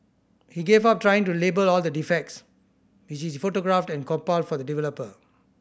he gave up trying to label all the defects which he photographed and compiled for the developer